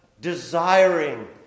desiring